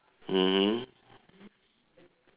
mm